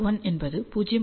l1 என்பது 0